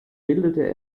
bildete